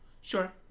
Sure